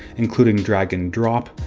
including drag-and-drop,